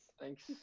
Thanks